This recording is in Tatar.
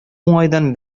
уңайдан